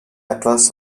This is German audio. etwas